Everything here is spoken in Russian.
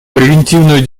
превентивную